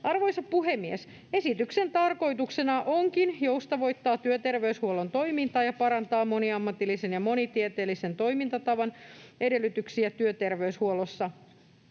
Arvoisa puhemies! Esityksen tarkoituksena onkin joustavoittaa työterveyshuollon toimintaa ja parantaa moniammatillisen ja monitieteellisen toimintatavan edellytyksiä työterveyshuollossa.